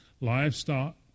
livestock